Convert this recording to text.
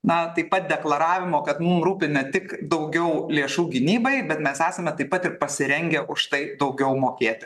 na taip pat deklaravimo kad mum rūpi ne tik daugiau lėšų gynybai bet mes esame taip pat ir pasirengę už tai daugiau mokėti